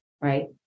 Right